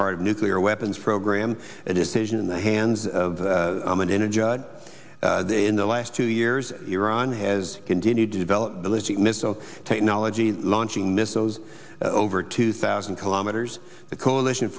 part of nuclear weapons program and is stationed in the hands of an energy in the last two years iran has continued to develop ballistic missile technology launching missiles over two thousand kilometers the coalition